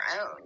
own